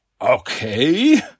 Okay